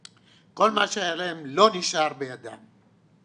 שהיה להם לא נשאר בידם.